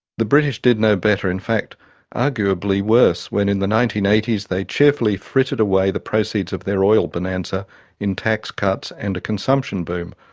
the british did no better, in fact arguably worse, when in the nineteen eighty s they cheerfully frittered away the proceeds of their oil bonanza in tax cuts and a consumption boom,